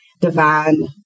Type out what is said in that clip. divine